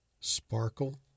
sparkle